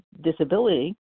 disability